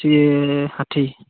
ষাঠি